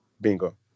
Bingo